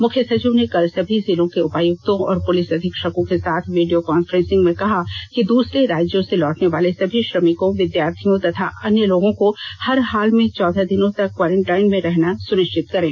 मुख्य सचिव ने कल सभी जिलों के उपायुक्तों और पुलिस अधीक्षकों के साथ वीडियो कांफ्रेंसिंग में कहा कि दूसरे राज्यों से लौटने वाले सभी श्रमिकों विद्यार्थियों तथा अन्य लोगों को हर हाल में चौदह दिनों तक क्वारेंटाइन में रहना सुनिश्चित करें